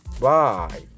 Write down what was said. Bye